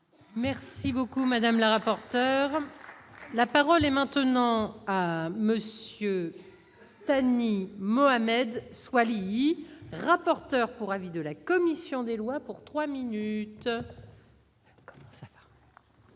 Merci beaucoup madame la rapporteure, la parole est maintenant à monsieur Tony Mohamed Soilihi. Rapporteur pour avis de la commission des lois pour 3 minutes.